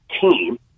team